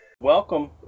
Welcome